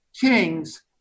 kings